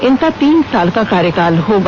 इनका तीन साल का कार्यकाल होगा